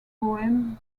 poems